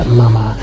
mama